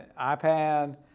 iPad